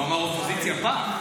הוא אמר: אופוזיציה פח.